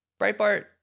Breitbart